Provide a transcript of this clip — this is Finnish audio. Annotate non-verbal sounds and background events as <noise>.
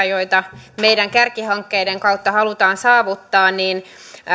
<unintelligible> joita meidän kärkihankkeidemme kautta halutaan saavuttaa